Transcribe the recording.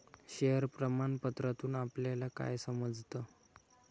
Share प्रमाण पत्रातून आपल्याला काय समजतं?